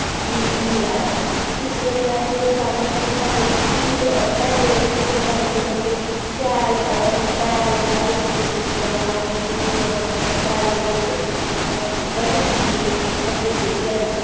मिला दा ऐ इस करियै अस चाह्न्ने आं कि साढ़े हिन्दोस्तान दे बच्चे शैल पढ़न शैल सब सुख सुविधां उ'नेगी होन शैल बड़ी बधी चढ़ियै अग्गै पुज्जन